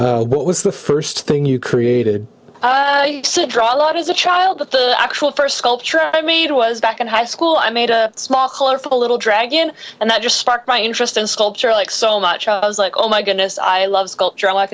cool what was the first thing you created draw a lot as a child but the actual first sculpture i made was back in high school i made a small colorful little dragon and that just sparked my interest in sculpture like so much i was like oh my goodness i love sculpture